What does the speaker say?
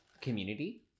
community